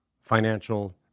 Financial